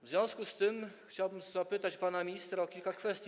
W związku z tym chciałbym zapytać pana ministra o kilka kwestii.